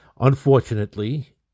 Unfortunately